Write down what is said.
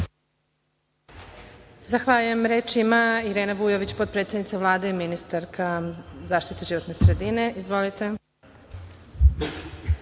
Zahvaljujem. Reč ima Irena Vujović, potpredsednica Vlade i ministarka zaštite životne sredine. Izvolite.